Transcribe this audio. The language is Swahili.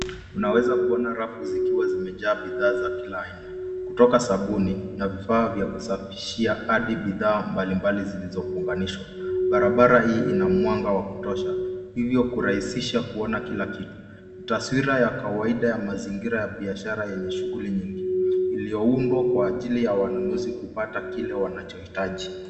Unaweza kuona rafu zikiwa zimejaa bidhaa za kila aina, kutoka sabuni na vifaa vya kusafishia hadi bidhaa mbalimbali zilizofuganishwa. Barabara hii ina mwanga wa kutosha, hivyo kurahisisha kuona kila kitu. Taswira ya kawaida ya mazingira ya biashara yenye shughuli nyingi, iliyoundwa kwa ajili ya wanunuzi kupata kile wanachoitaji.